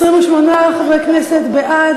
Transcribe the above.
28 חברי כנסת בעד.